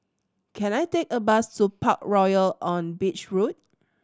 can I take a bus to Parkroyal on Beach Road